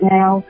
now